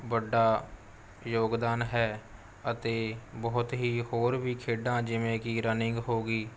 ਵੱਡਾ ਯੋਗਦਾਨ ਹੈ ਅਤੇ ਬਹੁਤ ਹੀ ਹੋਰ ਵੀ ਖੇਡਾਂ ਜਿਵੇਂ ਕਿ ਰਨਿੰਗ ਹੋ ਗਈ